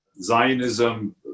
Zionism